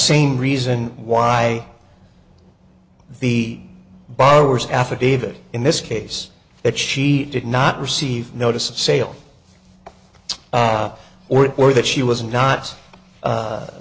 same reason why the borrower's affidavit in this case that she did not receive notice of sale or or that she was not